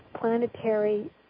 planetary